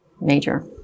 major